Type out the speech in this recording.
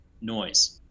noise